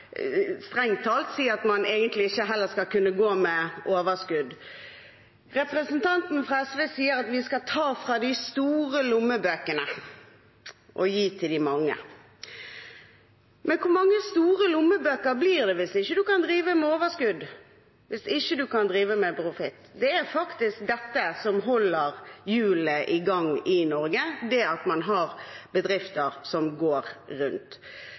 at man egentlig heller ikke skal kunne gå med overskudd. Representanten fra SV sier at vi skal ta fra de store lommebøkene og gi til de mange, men hvor mange store lommebøker blir det hvis en ikke kan drive med overskudd, hvis en ikke kan drive med profitt? Det er faktisk dette som holder hjulene i gang i Norge, det at man har bedrifter som går rundt.